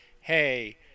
Hey